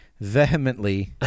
vehemently